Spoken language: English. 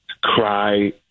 cry